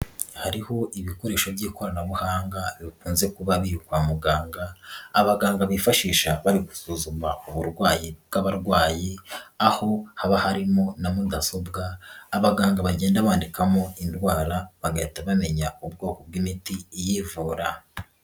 Hariho ibikoresho by'ikoranabuhanga bikunze kuba biri kwa muganga, abaganga bifashisha bari gusuzuma uburwayi bw'abarwayi, aho haba harimo na mudasobwa, abaganga bagenda bandikamo indwara, bagahita bamenya ubwoko bw'imiti iyivura.